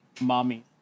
Mommy